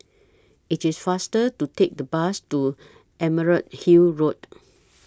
IT IS faster to Take The Bus to Emerald Hill Road